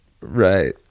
Right